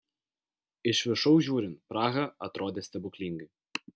iš viršaus žiūrint praha atrodė stebuklingai